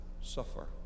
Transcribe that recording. suffer